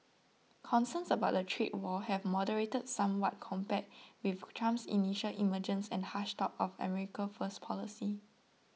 concerns about a trade war have moderated somewhat compared with Trump's initial emergence and harsh talk of America first policy